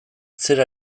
zer